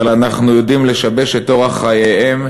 אבל אנחנו יודעים לשבש את אורח חייהם,